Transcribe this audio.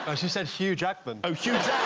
ah she said hugh jackman. oh, hugh